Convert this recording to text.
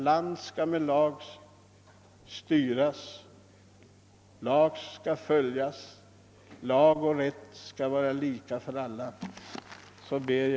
Land skall med lag styras och lag och rätt skall vara lika för alla medborgare.